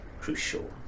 crucial